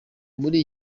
muri